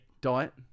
diet